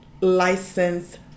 license